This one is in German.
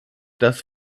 das